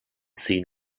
seen